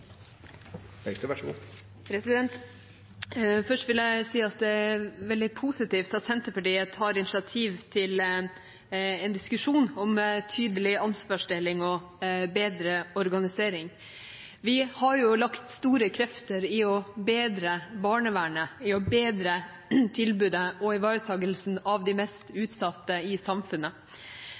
veldig positivt at Senterpartiet tar initiativ til en diskusjon om tydelig ansvarsdeling og bedre organisering. Vi har lagt store krefter i å bedre barnevernet, i å bedre tilbudet og ivaretakelsen av de mest utsatte i samfunnet.